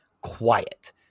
quiet